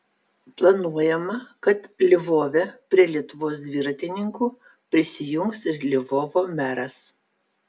planuojama kad lvove prie lietuvos dviratininkų prisijungs ir lvovo meras